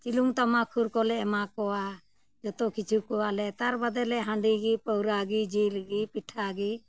ᱪᱤᱞᱩᱝ ᱛᱷᱟᱢᱟ ᱠᱩᱨ ᱠᱚᱞᱮ ᱮᱢᱟ ᱠᱚᱣᱟ ᱡᱚᱛᱚ ᱠᱤᱪᱷᱩ ᱠᱚᱣᱟᱞᱮ ᱛᱟᱨ ᱵᱟᱫᱮᱞᱮ ᱦᱟᱺᱰᱤ ᱜᱮ ᱯᱟᱹᱣᱨᱟᱹᱜᱮ ᱡᱤᱞ ᱜᱮ ᱯᱤᱴᱷᱟᱹᱜᱤ